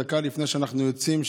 דקה לפני שאנחנו יוצאים,